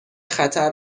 خطر